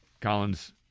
Collins